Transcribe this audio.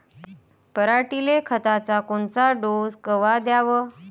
पऱ्हाटीले खताचा कोनचा डोस कवा द्याव?